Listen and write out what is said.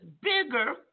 bigger